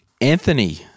Anthony